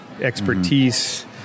expertise